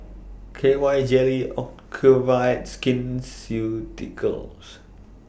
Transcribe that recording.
K Y Jelly Ocuvite Skin Ceuticals